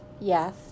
Yes